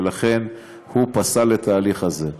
ולכן הוא פסל את ההליך הזה.